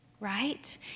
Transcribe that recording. Right